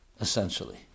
essentially